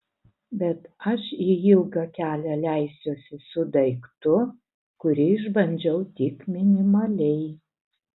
bet aš į ilgą kelią leisiuosi su daiktu kurį išbandžiau tik minimaliai